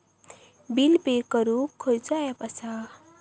Bill pay करूक खैचो app असा?